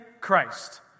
Christ